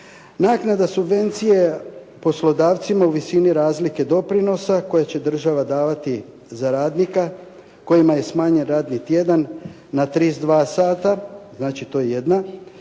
Naknada subvencije poslodavcima u visini razlike doprinosa koju će država davati za radnika kojima je smanjen radni tjedan na 32 sata, znači to je jedna